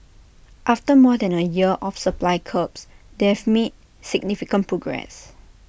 after more than A year of supply curbs they've made significant progress